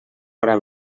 hora